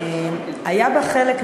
היה בה חלק,